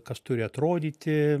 kas turi atrodyti